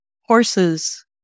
horses